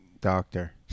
doctor